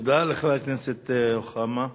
תודה לחברת הכנסת רוחמה.